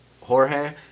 Jorge